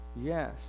Yes